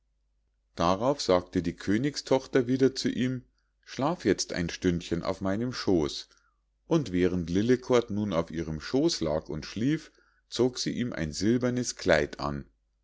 darauf sagte die königstochter wieder zu ihm schlaf jetzt ein stündchen auf meinem schoß und während lillekort nun auf ihrem schoß lag und schlief zog sie ihm ein silbernes kleid an